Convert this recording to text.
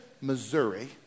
Missouri